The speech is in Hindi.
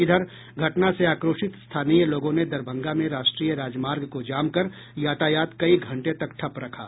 इधर घटना से आक्रोशित स्थानीय लोगों ने दरभंगा में राष्ट्रीय राजमार्ग को जामकर यातायात कई घंटे तक ठप रखा